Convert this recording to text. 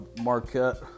Marquette